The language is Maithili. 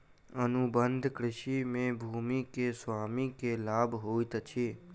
अनुबंध कृषि में भूमि के स्वामी के लाभ होइत अछि